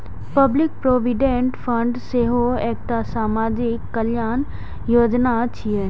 public provident fund सेहो एकटा सामाजिक कल्याण योजना छियै